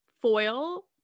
foil